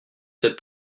cette